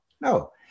No